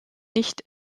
nicht